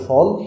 Fall